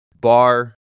bar